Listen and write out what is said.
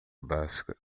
basquete